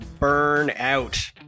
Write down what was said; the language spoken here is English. burnout